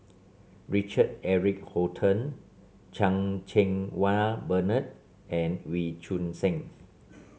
Richard Eric Holttum Chan Cheng Wah Bernard and Wee Choon Seng